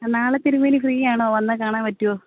നാളെ തിരുമേനി ഫ്രീ ആണോ വന്നാൽ കാണാൻ പറ്റുമോ